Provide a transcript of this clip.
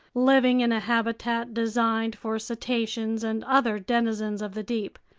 living in a habitat designed for cetaceans and other denizens of the deep.